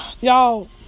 y'all